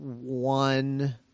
one